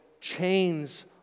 chains